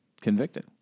convicted